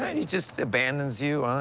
and he just abandons you, huh,